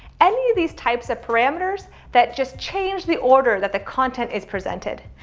any of these types of parameters that just change the order that the content is presented.